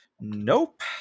Nope